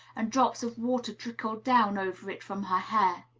and drops of water trickled down over it from her hair.